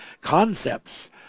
concepts